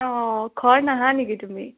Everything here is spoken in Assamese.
অঁ ঘৰ নাহা নেকি তুমি